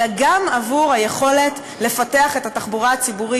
אלא גם עבור היכולת לפתח את התחבורה הציבורית.